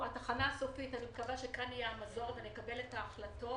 אני מקווה שכאן נקבל את ההחלטות